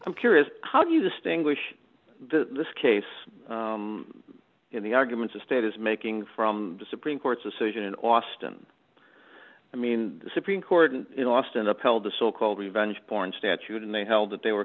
i'm curious how do you distinguish this case in the arguments a state is making from the supreme court's decision in austin i mean the supreme court in austin upheld the so called revenge porn statute and they held that they were